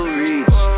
reach